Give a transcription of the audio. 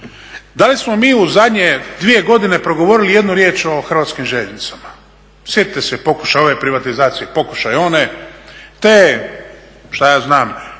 Da li smo mi u zadnje dvije godine progovorili jednu riječ o Hrvatskim željeznicama? Sjetite se pokušaja ove privatizacije, pokušaj one, te šta ja zna,